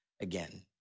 again